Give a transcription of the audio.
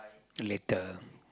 later